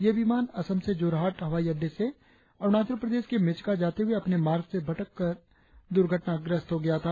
ये विमान असम में जोरहाट हवाई अड़डे से अरुणाचल प्रदेश के मेचुका जाते हुए अपने मार्ग से भटककर दुर्घटनाग्रस्त हो गया था